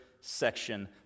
section